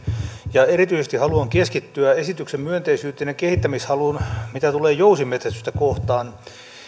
ja erityisesti haluan keskittyä esityksen myönteisyyteen ja kehittämishaluun mitä tulee jousimetsästystä kohtaan